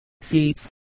seats